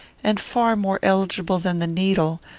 and far more eligible than the needle,